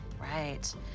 Right